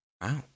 wow